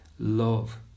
love